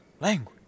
Language